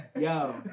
Yo